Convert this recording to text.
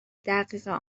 دقیق